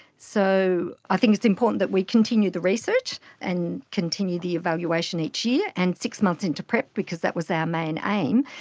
so i think it's important that we continue the research and continue the evaluation each year. and six months into prep, because that was our main aim,